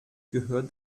gehört